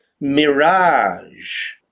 mirage